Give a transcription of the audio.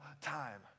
time